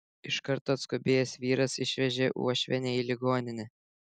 iš karto atskubėjęs vyras išvežė uošvienę į ligoninę